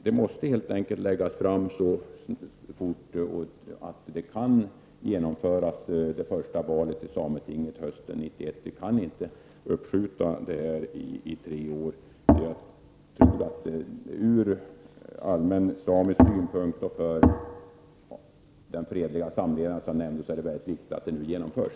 Det måste läggas fram så fort att det första valet till sametinget kan genomföras hösten 1991. Detta kan inte uppskjutas i tre år. Med tanke på samerna och den fredliga samlevnaden är det väldigt viktigt att detta val genomförs.